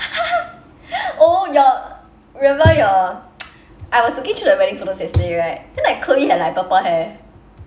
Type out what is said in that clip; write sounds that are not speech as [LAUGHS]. [LAUGHS] oh your remember your [NOISE] I was looking through the wedding photos yesterday right then like ke yi had like purple hair